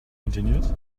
continued